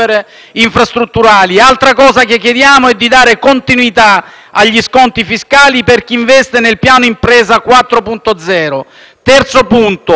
agli sconti fiscali per chi investe nel piano impresa 4.0. Il terzo punto è una riforma complessiva dell'aiuto fiscale alle famiglie con figli.